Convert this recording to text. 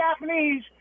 Japanese